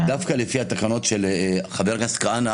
דווקא לפי התקנות של חבר הכנסת כהנא